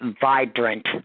vibrant